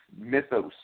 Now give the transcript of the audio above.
mythos